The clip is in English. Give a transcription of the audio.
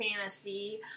fantasy